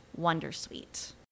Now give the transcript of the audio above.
wondersuite